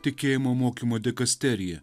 tikėjimo mokymo dikasterija